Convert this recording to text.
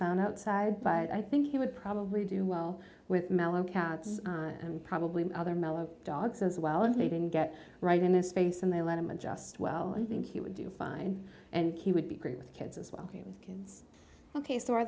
found outside but i think he would probably do well with mellow cats and probably other mellow dogs as well if they didn't get right in this space and they let him and just well i think he would do fine and he would be great with kids as well and it's ok so are